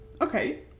Okay